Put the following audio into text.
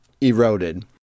eroded